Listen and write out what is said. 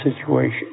situation